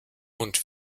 und